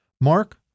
Mark